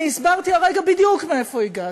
אני הסברתי בדיוק מאיפה הגעתי,